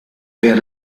per